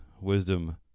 wisdom